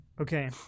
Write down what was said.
Okay